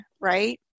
right